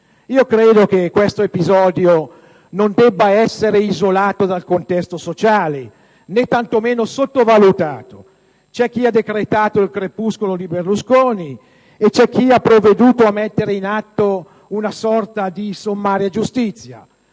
Questo episodio non deve essere isolato dal contesto sociale, né tanto meno sottovalutato. C'è chi ha decretato il crepuscolo di Berlusconi e chi ha provveduto a mettere in atto una sorta di giustizia